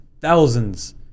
thousands